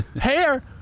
hair